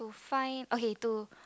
fine okay to